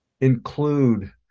include